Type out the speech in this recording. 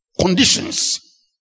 conditions